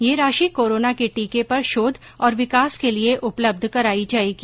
यह राशि कोरोना के टीके पर शोध और विकास के लिए उपलब्ध कराई जाएगी